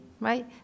right